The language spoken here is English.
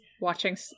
watching